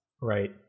Right